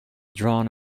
drawn